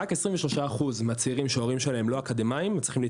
רק 23% מהצעירים שההורים שלהם הם לא אקדמאים מצליחים,